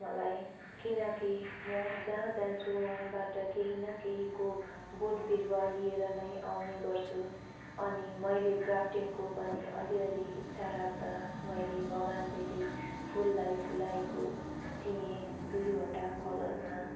मलाई किनकि म जहाँ जान्छु वहाँबाट केही न केहीको बोट बिरुवा लिएर नै आउने गर्छु अनि मैले ग्राफटिङको पनि अलि अलि इच्छा राख्दा मैले बगानबेली फुललाई फुलाएको थिएँ दुइवटा कलरमा